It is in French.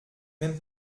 même